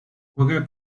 juega